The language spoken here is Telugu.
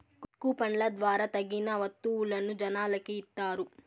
కూపన్ల ద్వారా తగిలిన వత్తువులను జనాలకి ఇత్తారు